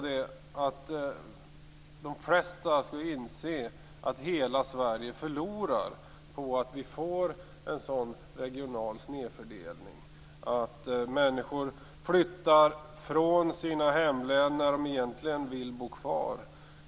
De flesta inser nog att hela Sverige förlorar på en sådan regional snedfördelning. Människor flyttar från sina hemlän där de egentligen vill bo kvar.